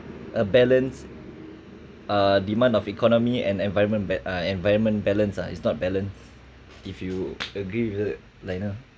a balance uh demand of economy and environment ba~ uh environment balance ah it's not balance if you agree with that like you know